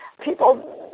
people